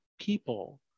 people